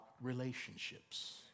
relationships